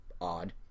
odd